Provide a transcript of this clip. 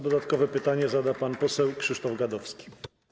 Dodatkowe pytanie zada pan poseł Krzysztof Gadowski.